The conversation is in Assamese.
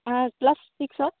ক্লাছ ছিক্সত